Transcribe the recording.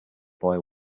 boy